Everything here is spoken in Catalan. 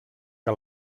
que